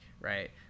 right